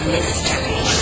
Mystery